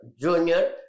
junior